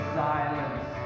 silence